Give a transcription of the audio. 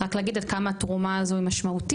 רק להגיד עד כמה התרומה הזו משמעותית